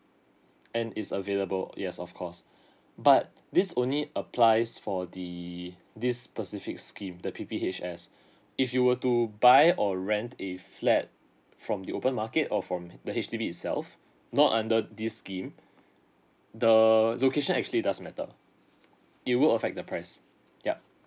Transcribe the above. and is available yes of course but this only applies for the this specific scheme the P P H S if you were to buy or rent a flat from the open market or from the H_D_B itself not under this scheme the location actually does matter it will affect the price yup